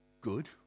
Good